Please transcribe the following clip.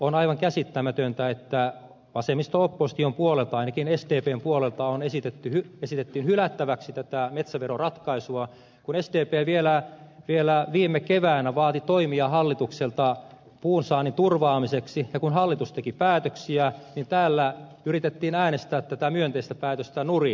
on aivan käsittämätöntä että vasemmisto opposition puolelta ainakin sdpn puolelta esitettiin hylättäväksi tätä metsäveroratkaisua kun sdp vielä viime keväänä vaati toimia hallitukselta puun saannin turvaamiseksi ja kun hallitus teki päätöksiä niin täällä yritettiin äänestää tätä myönteistä päätöstä nurin